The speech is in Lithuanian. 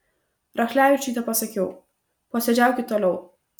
rachlevičiui tepasakiau posėdžiaukit toliau